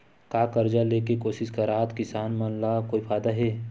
का कर्जा ले के कोशिश करात किसान मन ला कोई फायदा हे?